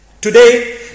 Today